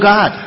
God